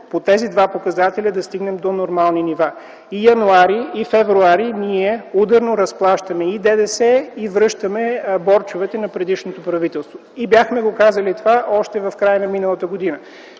по тези два показателя да стигнем до нормални нива. И м. януари, и м. февруари т.г. ние ударно разплащаме и ДДС, и връщаме борчовете на предишното правителство. И бяхме го казали това още в края на миналата година,